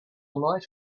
light